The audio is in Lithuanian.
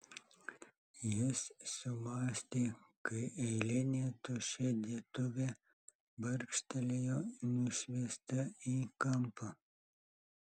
jis sumąstė kai eilinė tuščia dėtuvė barkštelėjo nusviesta į kampą